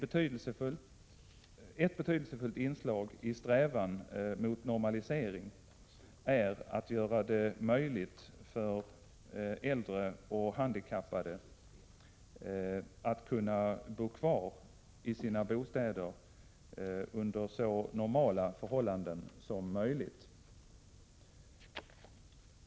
Ett betydelsefullt inslag i strävan mot normalisering är att man gör det möjligt för äldre och handikappade att bo kvar i sina bostäder under så normala förhållanden som möjligt.